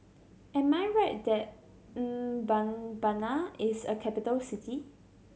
am I right that Mbabana is a capital city